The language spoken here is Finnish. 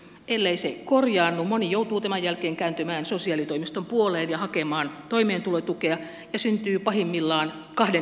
ellei se korjaannu moni joutuu tämän jälkeen kääntymään sosiaalitoimiston puoleen ja hakemaan toimeentulotukea ja syntyy pahimmillaan kahden hintaisia työmarkkinoita